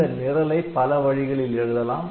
இந்த நிரலை பல வழிகளில் எழுதலாம்